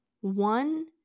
one